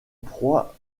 proie